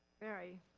very